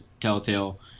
Telltale